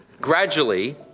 Gradually